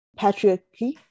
patriarchy